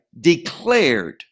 declared